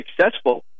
successful